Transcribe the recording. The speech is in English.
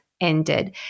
ended